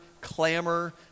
clamor